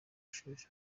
sheja